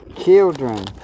children